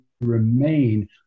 remain